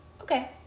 Okay